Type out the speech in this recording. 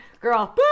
girl